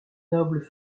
noble